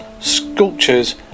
sculptures